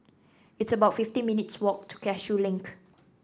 It's about fifty minutes' walk to Cashew Link